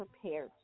prepared